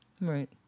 Right